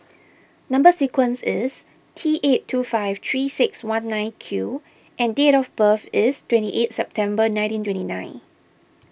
Number Sequence is T eight two five three six one nine Q and date of birth is twenty eighth September nineteen twenty nine